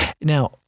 Now